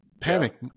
panic